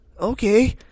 okay